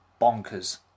bonkers